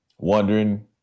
Wondering